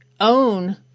own